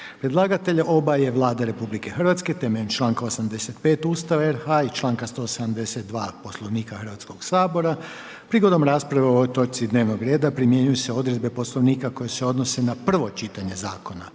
Predlagatelj je Vlada RH na temelju članka 85 Ustava i članka 172 Poslovnika Hrvatskog sabora. Prigodom rasprave o ovoj točki dnevnog reda primjenjuju se odredbe Poslovnika koje se odnose na prvo čitanje zakona.